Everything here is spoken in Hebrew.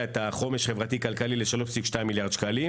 את החומש החברתי-כלכלי ל-3.2 מיליארד ₪,